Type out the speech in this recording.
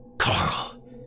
Carl